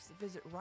visit